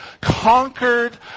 conquered